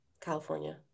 California